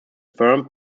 firm